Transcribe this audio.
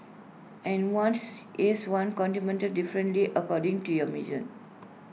and one's is one's contentment differently according to your mission